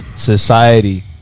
society